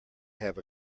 have